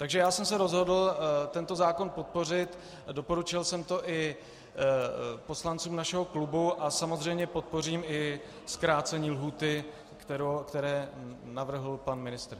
Takže já jsem se rozhodl tento zákon podpořit a doporučil jsem to i poslancům našeho klubu a samozřejmě podpořím i zkrácení lhůty, které navrhl pan ministr.